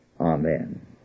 Amen